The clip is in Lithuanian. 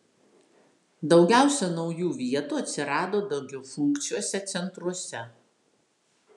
daugiausia naujų vietų atsirado daugiafunkciuose centruose